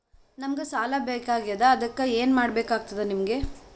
ನಮಗ ಸಾಲ ಬೇಕಾಗ್ಯದ ಅದಕ್ಕ ಏನು ಕೊಡಬೇಕಾಗ್ತದ ನಿಮಗೆ?